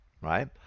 right